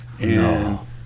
No